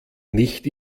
nicht